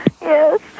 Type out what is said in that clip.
Yes